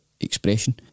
expression